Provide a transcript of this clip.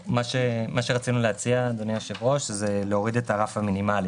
רצינו להציע להוריד את הרף המינימלי,